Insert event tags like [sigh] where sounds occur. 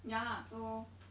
ya lah so [noise]